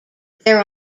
there